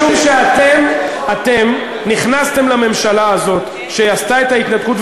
משום שאתם נכנסתם לממשלה הזאת שעשתה את ההתנתקות,